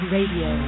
Radio